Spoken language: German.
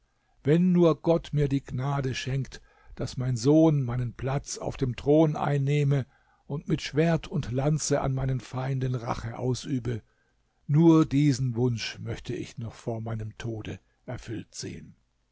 wenn nur gott mir die gnade schenkt daß mein sohn meinem platz auf dem thron einnehme und mit schwert und lanze an meinen feinden rache ausübe nur diesen wunsch möchte ich noch vor meinem tode erfüllt sehen